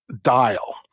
dial